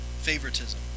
favoritism